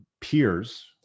peers